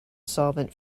solvent